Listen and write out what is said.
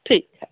ठीक है